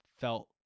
felt